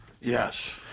Yes